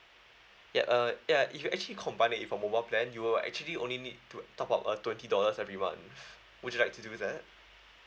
ya uh ya if you actually combine it with a mobile plan you will actually only need to top up uh twenty dollars every month would you like to do that